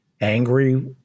angry